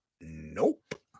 nope